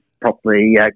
properly